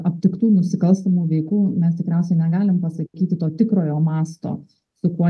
aptiktų nusikalstamų veikų mes tikriausiai negalim pasakyti to tikrojo masto su kuo